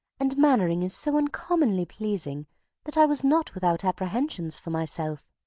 and mainwaring is so uncommonly pleasing that i was not without apprehensions for myself.